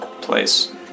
place